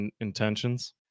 intentions